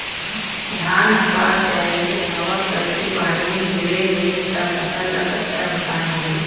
धान हर पाक जाय ले हवा करके पानी गिरे ले त फसल ला कतका नुकसान होही?